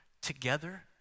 together